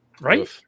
Right